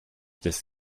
this